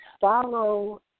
Follow